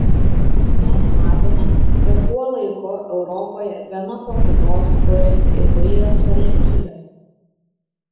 mes matome kad tuo laiku europoje viena po kitos kuriasi įvairios valstybės